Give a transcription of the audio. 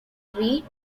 street